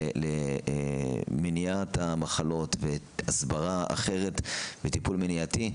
למניעת מחלות והסברה אחרת וטיפול מניעתי,